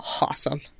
Awesome